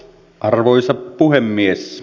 arvoisa puhemies